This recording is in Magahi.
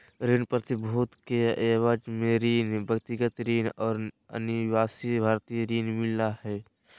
ऋण प्रतिभूति के एवज में ऋण, व्यक्तिगत ऋण और अनिवासी भारतीय ऋण मिला हइ